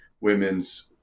women's